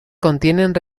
contienen